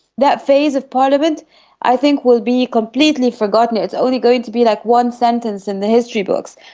that phase of parliament i think will be completely forgotten, it's only going to be like one sentence in the history books.